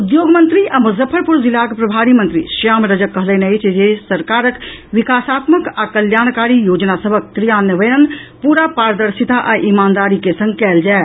उद्योग मंत्री आ मुजफ्फरपुर जिलाक प्रभारी मंत्री श्याम रजक कहलनि अछि जे सरकारक विकासात्मक आ कल्याणकारी योजना सभक क्रियान्वयन पूरा पारदर्शिता आ इमानदारी के संग कयल जाय